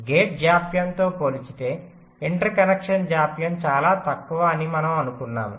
gate జాప్యం తో పోల్చితే ఇంటర్ కనెక్షన్ జాప్యం చాలా తక్కువ అని మనము అనుకున్నాము